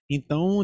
Então